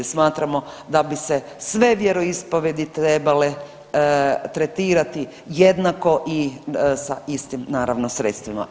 Smatramo da bi se sve vjeroispovijedi trebale tretirati jednako i sa istim naravno sredstvima.